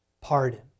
pardon